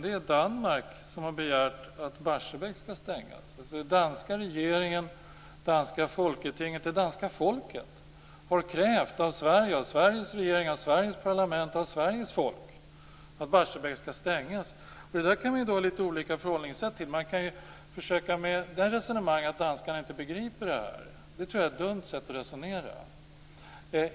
Det är Danmark som har begärt att Sverige skall stänga Barsebäck. Den danska regeringen, det danska folketinget och det danska folket har krävt av Sveriges regering, av Sveriges parlament och av Sveriges folk att Barsebäck skall stängas. Detta kan man ha litet olika förhållningssätt till. Man kan försöka sig på resonemanget att danskarna inte begriper detta. Det tror jag är ett dumt sätt att resonera.